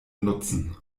nutzen